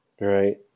right